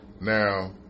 Now